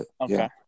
Okay